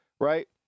right